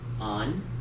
on